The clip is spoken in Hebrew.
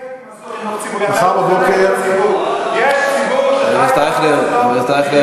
הסובייטים עשו, מחר בבוקר, אתה לא מחנך את הציבור.